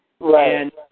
Right